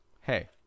hey